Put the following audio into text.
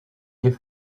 give